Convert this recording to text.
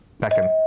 Beckham